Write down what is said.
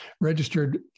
registered